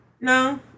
No